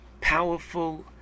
powerful